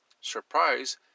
surprise